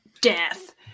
death